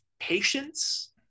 patience